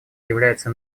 является